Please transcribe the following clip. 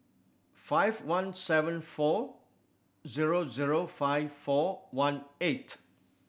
five one seven four zero zero five four one eight